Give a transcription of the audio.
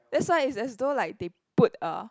that's why it's as though like they put a